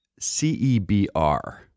CEBR